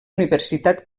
universitat